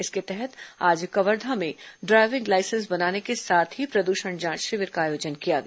इसके तहत आज कवर्धा में ड्राईविंग लाइसेंस बनाने के साथ ही प्रद्षण जांच शिविर का आयोजन किया गया